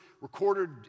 recorded